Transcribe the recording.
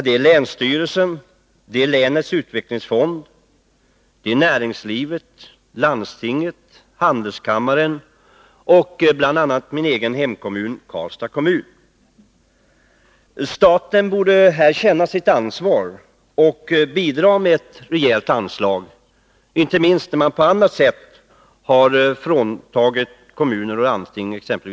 Det är länsstyrelsen, länets utvecklingsfond, näringslivet, landstinget, handelskammaren och bl.a. min egen hemkommun Karlstad. Staten borde här känna sitt ansvar och bidra med ett rejält anslag, inte minst när man på annat sätt har fråntagit kommuner och landsting medel.